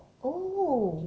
oh